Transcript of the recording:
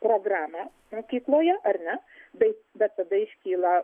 programą mokykloje ar ne bei bet tada iškyla